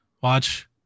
Watch